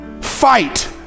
fight